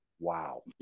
Wow